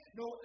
no